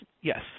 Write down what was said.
yes